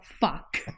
fuck